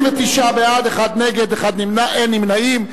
בעד, 39, אחד נגד, אין נמנעים.